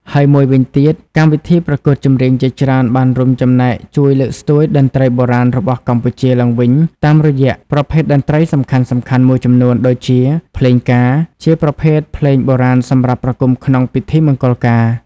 ហើយមួយវិញទៀត កម្មវិធីប្រកួតចម្រៀងជាច្រើនបានរួមចំណែកជួយលើកស្ទួយតន្ត្រីបុរាណរបស់កម្ពុជាឡើងវិញតាមរយៈប្រភេទតន្ត្រីសំខាន់ៗមួយចំនួន ដូចជា ភ្លេងការ ជាប្រភេទភ្លេងបុរាណសម្រាប់ប្រគំក្នុងពិធីមង្គលការ។